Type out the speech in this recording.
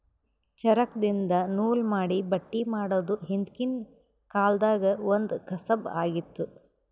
ಚರಕ್ದಿನ್ದ ನೂಲ್ ಮಾಡಿ ಬಟ್ಟಿ ಮಾಡೋದ್ ಹಿಂದ್ಕಿನ ಕಾಲ್ದಗ್ ಒಂದ್ ಕಸಬ್ ಆಗಿತ್ತ್